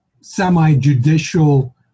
semi-judicial